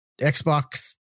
Xbox